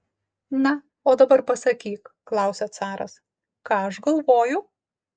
na o dabar pasakyk klausia caras ką aš galvoju